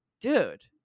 dude